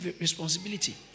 responsibility